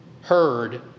heard